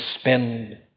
spend